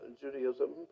Judaism